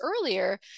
earlier